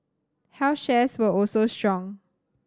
health shares were also strong